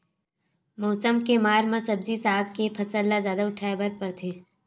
मउसम के मार म सब्जी साग के फसल ल जादा उठाए बर परथे